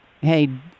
hey